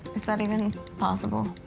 is that even possible?